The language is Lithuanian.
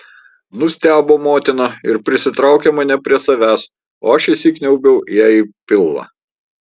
nustebo motina ir prisitraukė mane prie savęs o aš įsikniaubiau jai į pilvą